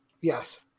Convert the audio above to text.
Yes